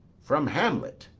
from hamlet!